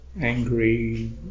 angry